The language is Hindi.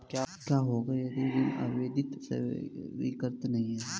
क्या होगा यदि ऋण आवेदन स्वीकृत नहीं है?